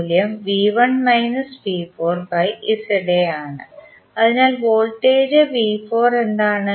മൂല്യം ആണ് അതിനാൽ വോൾട്ടേജ് എന്താണ്